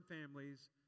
families